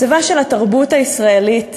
מצבה של התרבות הישראלית,